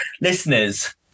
listeners